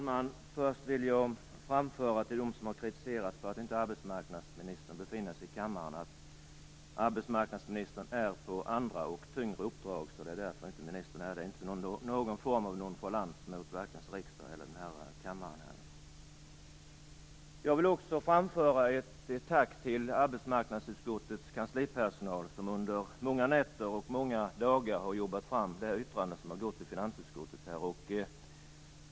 Herr talman! Till dem som kritiserat att arbetsmarknadsministern inte befinner sig i kammaren vill jag börja med att framföra att hon är ute på andra och tyngre uppdrag. Att ministern inte här beror alltså inte på någon form av nonchalans mot riksdagen. Jag vill också framföra ett tack till arbetsmarknadsutskottets kanslipersonal, som under många dagar och nätter arbetat fram detta yttrande till finansutskottet.